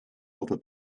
other